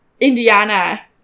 Indiana